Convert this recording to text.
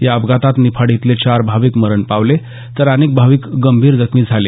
या अपघातात निफाड इथले चार भाविक मरण पावले तर अनेक भाविक गंभीर जखमी झाले